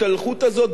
בעובדים,